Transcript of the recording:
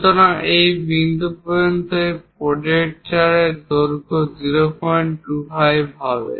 সুতরাং এই বিন্দু পর্যন্ত এই প্রজেক্টরের দৈর্ঘ্য 025 হবে